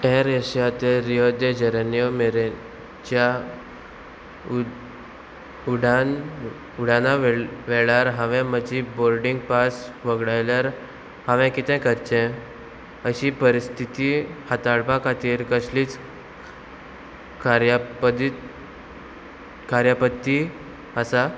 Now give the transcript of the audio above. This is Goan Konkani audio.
एर एशियांतले रियो द जरेनियो मेरेन च्या उड उडान उडाना वेळ वेळार हांवें म्हजी बोर्डींग पास वगडयल्यार हांवें कितें करचें अशी परिस्थिती हाताळपा खातीर कसलीच कार्यापदीत कार्यापती आसा